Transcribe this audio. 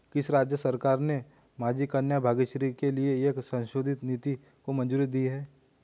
किस राज्य सरकार ने माझी कन्या भाग्यश्री के लिए एक संशोधित नीति को मंजूरी दी है?